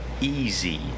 easy